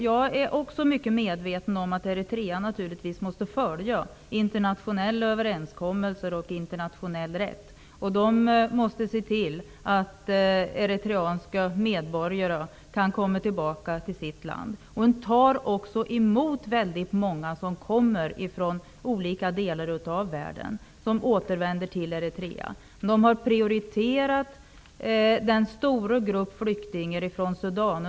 Jag är också mycket medveten om att Eritrea naturligtvis måste följa internationella överenskommelser och internationell rätt och se till att eritreanska medborgare kan komma tillbaka till sitt land. Landet tar också emot väldigt många som kommer från olika delar av världen, som alltså återvänder till Eritrea. Man har prioriterat den stora gruppen flyktingar som kommer från Sudan.